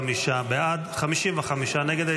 הסתייגות 140 לא נתקבלה 45 בעד, 55 נגד.